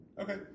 Okay